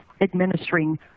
administering